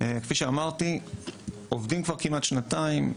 עובדים כבר כמעט שנתיים,